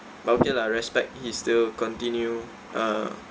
but okay lah respect he still continue uh